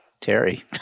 Terry